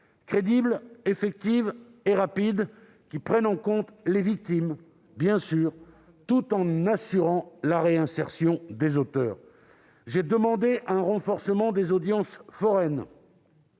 crédible, effective et rapide qui prenne en compte les victimes, bien sûr, tout en assurant la réinsertion des auteurs. J'ai demandé un renforcement des audiences foraines